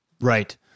Right